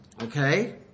Okay